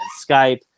Skype